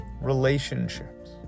relationships